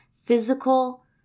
physical